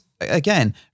again